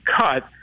cut